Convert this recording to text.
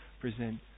present